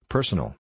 Personal